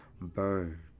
burn